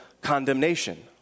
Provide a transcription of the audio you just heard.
condemnation